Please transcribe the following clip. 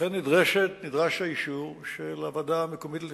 לכן נדרש האישור של הוועדה לתכנון ובנייה.